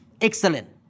Excellent